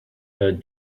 her